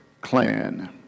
Klan